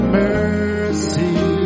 mercy